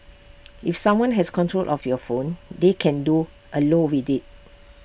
if someone has control of your phone they can do A lot with IT